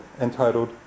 entitled